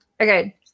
okay